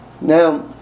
Now